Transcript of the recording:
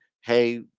hey